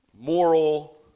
moral